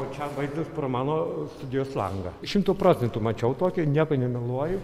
o čia vaizdas pro mano studijos langą šimtu procentų mačiau tokį nieko nemeluoju